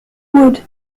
wood